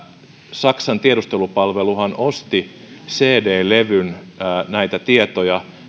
saksan tiedustelupalveluhan osti cd levyn näitä tietoja